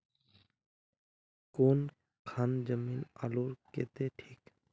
कौन खान जमीन आलूर केते ठिक?